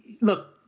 look